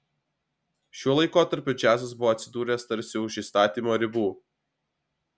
šiuo laikotarpiu džiazas buvo atsidūręs tarsi už įstatymo ribų